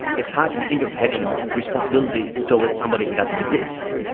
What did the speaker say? it's hard to think of having responsibility towards somebody who doesn't exist.